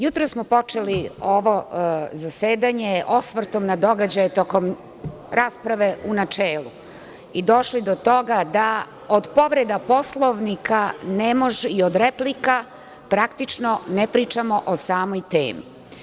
Jutros smo počeli ovo zasedanje, osvrtom na događaje tokom rasprave u načelu i došli do toga da od povrede Poslovnika i od replika ne pričamo o samoj temi.